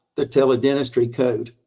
the tele-dentistry code?